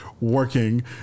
working